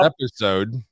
episode